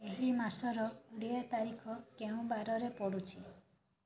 ଏହି ମାସର କୋଡ଼ିଏ ତାରିଖ କେଉଁ ବାରରେ ପଡୁଛି